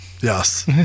yes